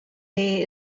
bay